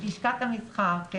לשכת המסחר.